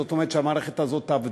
זאת אומרת שהמערכת הזו עבדה.